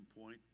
point